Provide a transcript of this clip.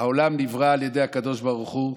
העולם נברא על ידי הקדוש ברוך הוא.